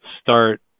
start